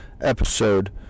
episode